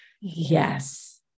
yes